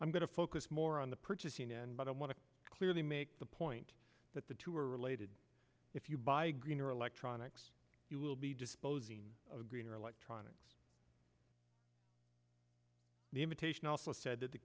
i'm going to focus more on the purchasing end but i want to clearly make the point that the two are related if you buy green or electronics you will be disposing of a green or electronics the imitation also said that the